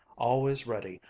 always ready,